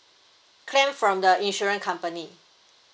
claim from the insurance company